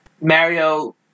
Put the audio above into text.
Mario